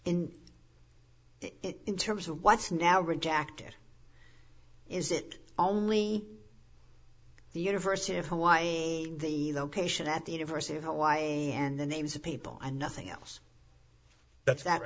it in terms of what's now rejected is it only the university of hawaii the location at the university of hawaii and the names of people and nothing else that's that